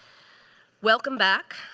welcome back.